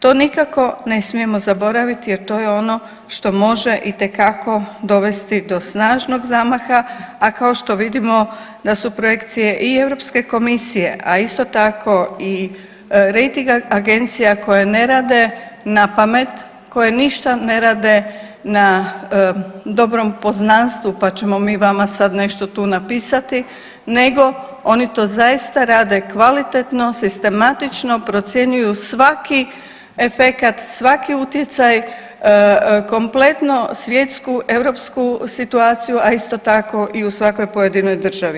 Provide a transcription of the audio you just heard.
To nikako ne smijemo zaboraviti jer to je ono što može itekako dovesti do snažnog zamaha, a kao što vidimo da su projekcije i EU, a isto tako i rejting agencija koje ne rade napamet, koje ništa ne rade na dobrom poznanstvu pa ćemo mi vama sad nešto tu napisati, nego oni to zaista rade kvalitetno, sistematično, procjenjuju svaki efekat, svaki utjecaj kompletno svjetsku, europsku situaciju, a isto tako i u svakoj pojedinoj državi.